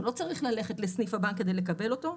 הוא לא צריך ללכת לסניף הבנק כדי לקבל אותו,